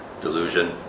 delusion